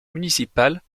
municipale